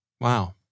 Wow